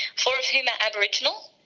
four of whom are aboriginal.